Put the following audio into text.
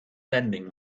lending